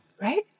Right